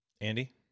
Andy